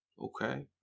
Okay